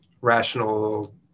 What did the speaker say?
rational